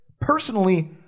Personally